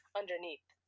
underneath